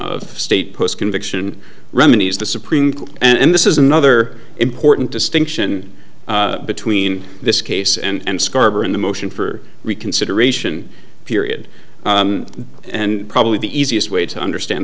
of state post conviction remedies the supreme court and this is another important distinction between this case and scarborough in the motion for reconsideration period and probably the easiest way to understand